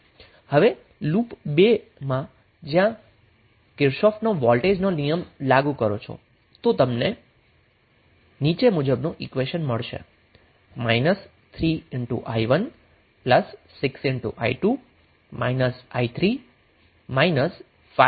હવે લૂપ 2 મા જો તમે કિર્ચોફનો વોલ્ટેજ નિયમ લાગુ કરો તો તમને −3i1 6i2 i3 5i0 0 મળશે